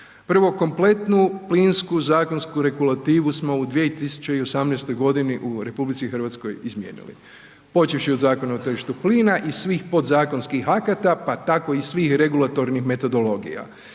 Prvo, kompletnu plisku zakonsku regulativu smo u 2018. u RH izmijenili počevši od Zakona o tržištu plina i svih podzakonskih akata pa tako i svih regulatornih metodologija.